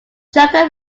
joker